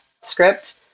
script